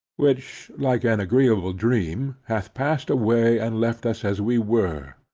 which, like an agreeable dream, hath passed away and left us as we were,